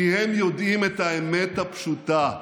כי הם יודעים את האמת הפשוטה: